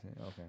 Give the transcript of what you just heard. Okay